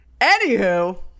Anywho